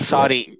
Sorry